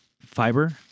fiber